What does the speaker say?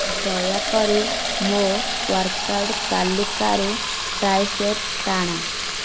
ଦୟାକରି ମୋ workout ତାଲିକାରୁ ଟ୍ରାଇସେପ୍ ଟାଣ